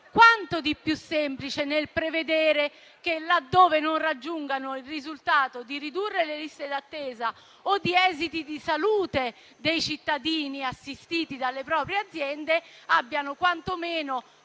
c'è di più semplice che prevedere che, laddove non raggiungano il risultato di ridurre le liste d'attesa o di esiti di salute dei cittadini assistiti dalle proprie aziende, abbiano non